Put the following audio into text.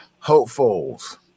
hopefuls